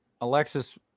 alexis